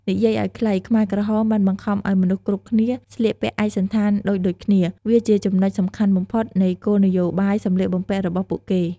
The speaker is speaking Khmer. និយាយឲ្យខ្លី ខ្មែរក្រហមបានបង្ខំឲ្យមនុស្សគ្រប់គ្នាស្លៀកពាក់ឯកសណ្ឋានដូចៗគ្នា វាជាចំណុចសំខាន់បំផុតនៃគោលនយោបាយសម្លៀកបំពាក់របស់ពួកគេ។